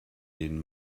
den